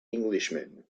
englishman